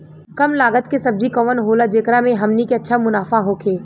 कम लागत के सब्जी कवन होला जेकरा में हमनी के अच्छा मुनाफा होखे?